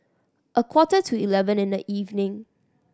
a quarter to eleven in the evening